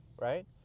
right